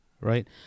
right